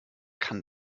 kann